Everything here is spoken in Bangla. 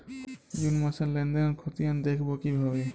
জুন মাসের লেনদেনের খতিয়ান দেখবো কিভাবে?